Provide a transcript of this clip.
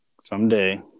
someday